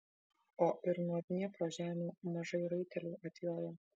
o ir nuo dniepro žemių mažai raitelių atjojo